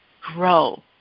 grow